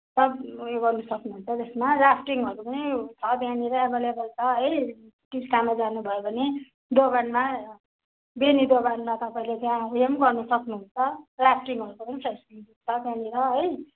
सब ऊ यो गर्नु सक्नुहुन्छ जसमा राफटिङ्हरू पनि छ त्यहाँनिर एभाइलेबल छ है टिस्टामा जानु भयो भने दोभानमा बेनी दोभान तपाईँले त्यहाँ ऊ यो पनि गर्नु सक्नु हुन्छ राफटिङको फेसिलिटिज पनि छ है त्यहाँनिर